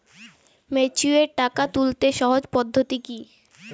Mature টাকা তুলতে সহজ পদ্ধতি কি?